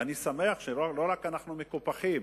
ואני שמח שלא רק אנחנו מקופחים,